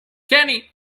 kenny